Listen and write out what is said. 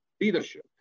leadership